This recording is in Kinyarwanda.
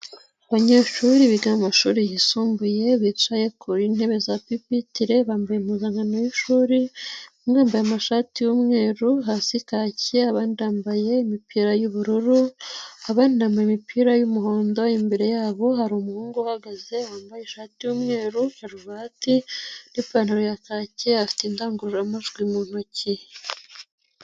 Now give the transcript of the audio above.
Abanyeshuri biga amashuri yisumbuye bicaye ku ntebe za pipitire, bambaye impuzankano w'ishuri, bamwe bambaye amashati y'umweru, hasi bambaye kacye, abandi bambaye imipira y'ubururu, abandi bambaye imipira y'umuhondo, imbere yabo hari umuhungu uhagaze wambaye ishati y'umweru, karuvati n'ipantaro ya kake, afite indangururamajwi mu ntoki.